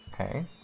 Okay